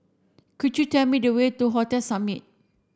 could you tell me the way to Hotel Summit